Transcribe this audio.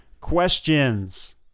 questions